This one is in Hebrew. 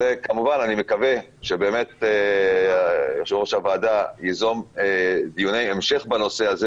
וכמובן אני מקווה שיושב-ראש הוועדה ייזום דיוני המשך בנושא הזה